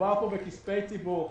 מדובר פה בכספי ציבור.